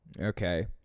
Okay